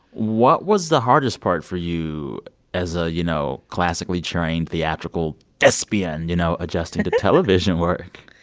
what was the hardest part for you as a, you know, classically trained theatrical thespian, you know, adjusting to television work?